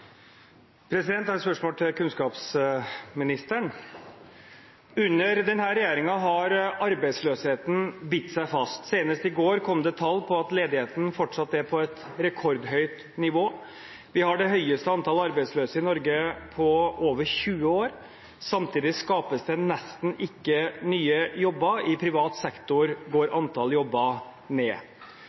et spørsmål til kunnskapsministeren: Under denne regjeringen har arbeidsløsheten bitt seg fast. Senest i går kom det tall som viser at ledigheten fortsatt er på et rekordhøyt nivå – vi har det høyeste antall arbeidsløse i Norge på over 20 år. Samtidig skapes det nesten ikke nye jobber, og i privat sektor går antall jobber